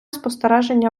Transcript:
спорядження